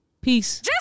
Peace